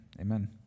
amen